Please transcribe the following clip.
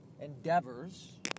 endeavors